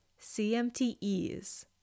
CMTEs